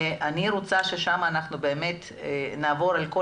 אני רוצה ששם אנחנו באמת נעבור על כל